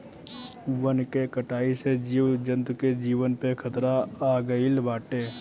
वन के कटाई से जीव जंतु के जीवन पे खतरा आगईल बाटे